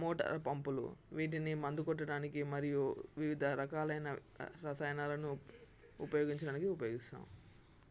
motor పంపులు వీటిని మందు కొట్టడానికి మరియు వివిధ రకాలైన రసాయానాలను ఉపయోగించడానికి ఉపయోగిస్తాం